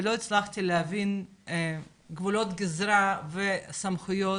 ולא הצלחתי להבין גבולות גזרה וסמכויות